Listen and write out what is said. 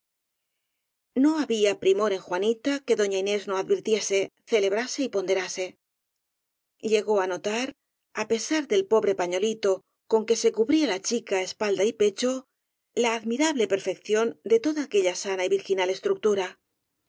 no había primor en juanita que doña inés no advirtiese celebrase y ponderase llegó á notar á pesar del pobre pañolitó con que se cubría la chica espalda y pecho la admirable perfección de toda aquella sana y virginal estructura